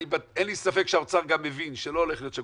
ואין לי ספק שגם האוצר מבין שלא הולך להיות שם